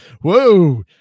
Whoa